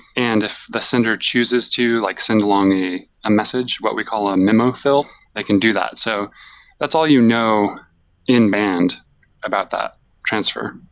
and if the sender chooses to like send along a a message, what we call a memo fill, they can do that. so that's all you know in band about that transfer.